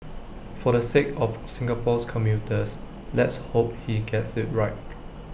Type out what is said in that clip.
for the sake of Singapore's commuters let's hope he gets IT right